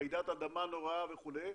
רעידת אדמה נוראה וכו',